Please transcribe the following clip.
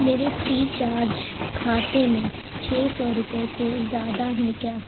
میرے free charge کھاتے میں چھ سو روپے سے زیادہ ہیں کیا